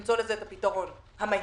ולמצוא לזה את הפתרון המהיר,